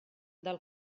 del